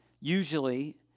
Usually